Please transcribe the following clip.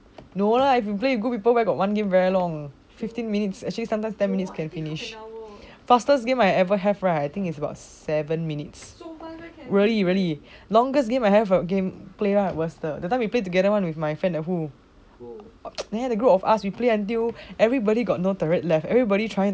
no lah if you play with good people where got one game very long fifteen minutes actually sometimes ten minutes can finish faster game I ever have right I think is about seven minutes really really longest game I have a game player was the that time we played together with my friend the who the group of us we play until everybody got no turret left everybody trying